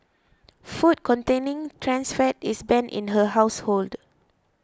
food containing trans fat is banned in her household